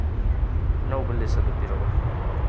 ꯑꯅꯧꯕ ꯂꯤꯁ ꯑꯗꯨ ꯄꯤꯔꯛꯎ